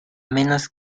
menos